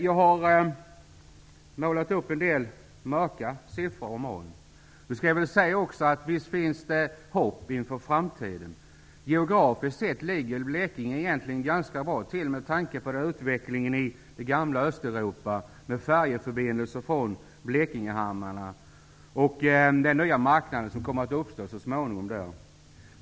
Jag har målat upp en del mörka siffror och moln. Men visst finns det hopp inför framtiden. Geografiskt sett ligger Blekinge egentligen ganska bra till med tanke på utvecklingen i det forna Blekingehamnarna och den nya marknad som så småningon kommer att öppnas.